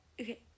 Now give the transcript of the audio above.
Okay